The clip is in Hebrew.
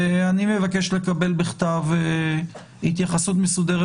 ואני מבקש לקבל בכתב התייחסות מסודרת